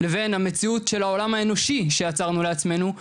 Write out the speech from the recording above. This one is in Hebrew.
לבן המציאות של העולם האנושי שיצרנו לעצמנו,